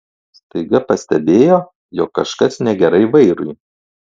staiga pastebėjo jog kažkas negerai vairui